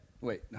wait